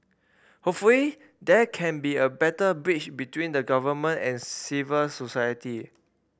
hopefully there can be a better bridge between the government and civil society